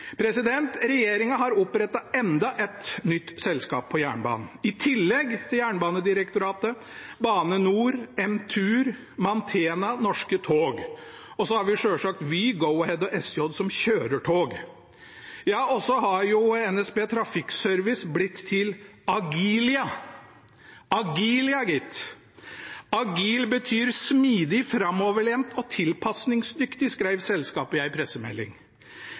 har opprettet enda et nytt selskap på jernbanen i tillegg til Jernbanedirektoratet, Bane NOR, Entur, Mantena og Norske Tog. Så har vi selvsagt Vy, Go-Ahead og SJ som kjører tog. Og NSB Trafikkservice har blitt til Agilia. Agilia, gitt! Agil betyr smidig, framoverlent og tilpasningsdyktig, skrev selskapet i en pressemelding.